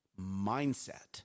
mindset